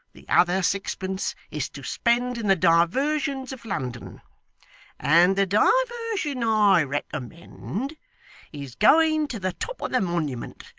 the other sixpence is to spend in the diversions of london and the diversion i recommend is going to the top of the monument,